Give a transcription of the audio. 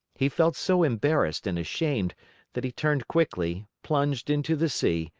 he felt so embarrassed and ashamed that he turned quickly, plunged into the sea,